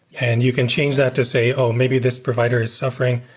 and you can change that to say, oh! maybe this provider is suffering.